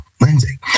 Lindsay